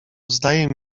zdaje